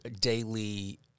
daily